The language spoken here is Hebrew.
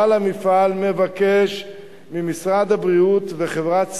בעל המפעל מבקש ממשרד הבריאות וחברת "שראל"